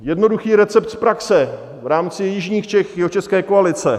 Jednoduchý recept z praxe v rámci jižních Čech, jihočeské koalice.